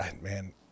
man